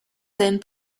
then